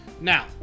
Now